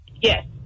Yes